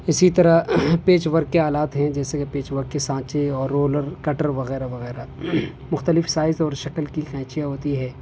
اسی طرح patch work کے آلات ہیں جیسے کہ پیچ ورک کے سانچے اور رولر کٹر وغیرہ وغیرہ مختلف سائز اور شکل کی قینچیاں ہوتی ہے